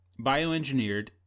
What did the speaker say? bioengineered